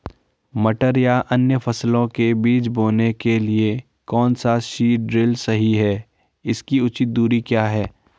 मटर या अन्य फसलों के बीज बोने के लिए कौन सा सीड ड्रील सही है इसकी उचित दूरी क्या है?